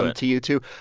ah to you two.